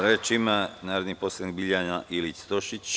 Reč ima narodni poslanik Biljana Ilić Stošić.